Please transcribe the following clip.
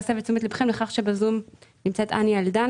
שב=-זום נמצאת חנה אלדן,